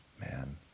Man